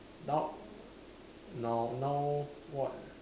now now now what